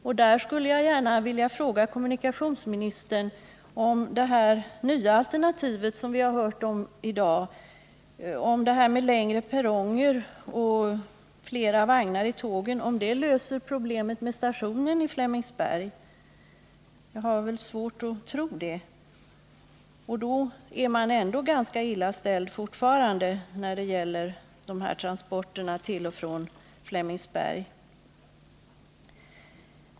Jag skulle gärna vilja fråga kommunikationsministern om det nya alternativ vi fått ta del av i dag — längre perronger och fler vagnar på tågen — löser problemen med stationen vid Flemingsberg. Jag har svårt att tro det. Och då är man fortfarande ganska illa ställd när det gäller transporterna till och från Flemingsberg.